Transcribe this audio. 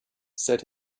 said